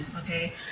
okay